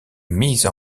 mise